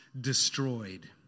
destroyed